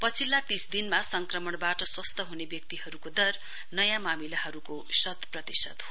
पछिल्ला तीस दिनमा संक्रमणबाट स्वस्थ हुने व्यक्तिहरुको दर नयाँ मामिलाहरुको शत प्रतिशत हो